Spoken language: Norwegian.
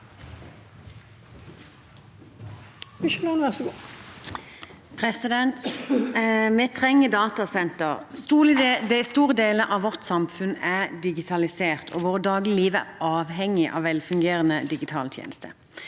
Vi trenger datasentre. Store deler av vårt samfunn er digitalisert, og vårt dagligliv er avhengig av velfungerende digitale tjenester.